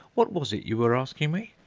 what was it you were asking me?